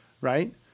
right